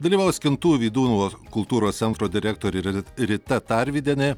dalyvaus kintų vydūno kultūros centro direktorė rita tarvydienė